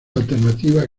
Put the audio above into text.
alternativa